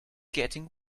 getting